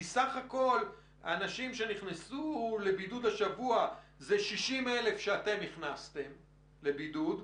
כי סך הכול האנשים שנכנסו לבידוד השבוע זה: 60 אלף שאתם הכנסתם לבידוד,